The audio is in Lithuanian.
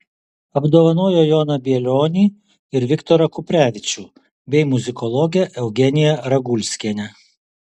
apdovanojo joną bielionį ir viktorą kuprevičių bei muzikologę eugeniją ragulskienę